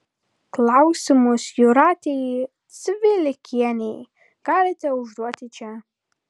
klausimus jūratei cvilikienei galite užduoti čia